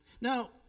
Now